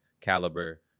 caliber